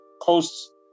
coasts